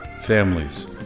families